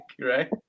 right